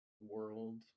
World